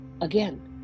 Again